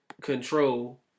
control